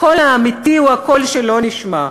הקול האמיתי הוא הקול שלא נשמע,